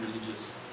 religious